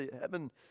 heaven